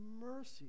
mercy